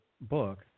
book